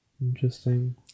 Interesting